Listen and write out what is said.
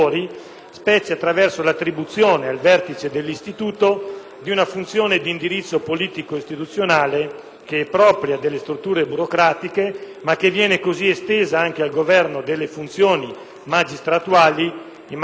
di una funzione di indirizzo politico e istituzionale che è propria delle strutture burocratiche, ma che viene così estesa anche al governo delle funzioni magistratuali, in maniera che pare non compatibile con i richiamati principi costituzionali.